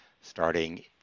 starting